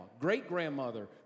great-grandmother